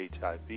HIV